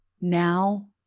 now